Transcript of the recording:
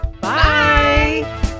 Bye